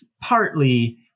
partly